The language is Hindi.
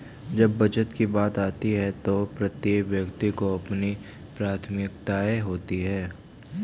जब बचत की बात आती है तो प्रत्येक व्यक्ति की अपनी प्राथमिकताएं होती हैं